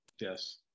Yes